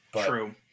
True